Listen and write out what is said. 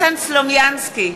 סלומינסקי,